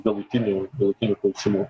galutinių galutinių klausimų